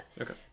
Okay